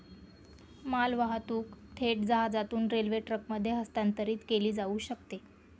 मालवाहतूक थेट जहाजातून रेल्वे ट्रकमध्ये हस्तांतरित केली जाऊ शकते